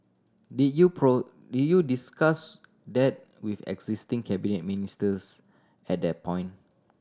did you did you discuss that with existing cabinet ministers at that point